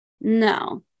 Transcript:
No